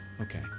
okay